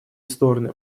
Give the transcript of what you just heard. стороны